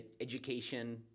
education